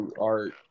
art